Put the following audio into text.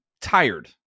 tired